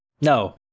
No